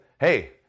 Hey